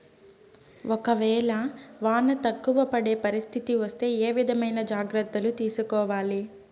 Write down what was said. ఒక వేళ వాన తక్కువ పడే పరిస్థితి వస్తే ఏ విధమైన జాగ్రత్తలు తీసుకోవాలి?